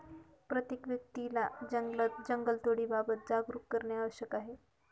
प्रत्येक व्यक्तीला जंगलतोडीबाबत जागरूक करणे आवश्यक आहे